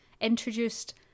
introduced